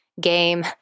game